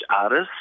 artist